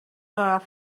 earth